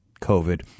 COVID